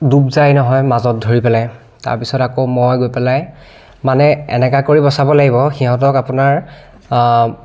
ডুব যায় নহয় মাজত ধৰি পেলাই তাৰপাছত আকৌ মই গৈ পেলাই মানে এনেকুৱা কৰিব চাব লাগিব সিহঁতক আপোনাৰ